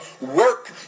work